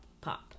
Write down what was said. pop